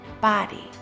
body